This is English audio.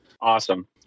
Awesome